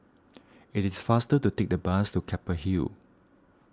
it is faster to take the bus to Keppel Hill